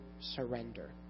Surrender